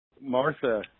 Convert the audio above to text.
Martha